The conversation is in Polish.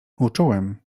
uczułem